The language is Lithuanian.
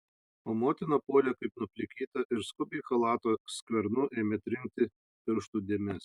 o motina puolė kaip nuplikyta ir skubiai chalato skvernu ėmė trinti pirštų dėmes